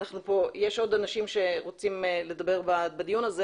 יש פה עוד אנשים שרוצים לדבר בדיון הזה